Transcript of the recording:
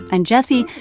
and jessie,